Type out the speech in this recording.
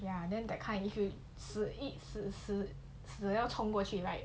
ya then that kind like if you 死硬死死死要冲过去 right